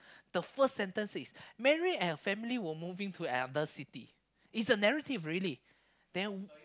the first sentence is Mary and family were moving to Ever city it's a narrative really then